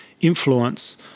influence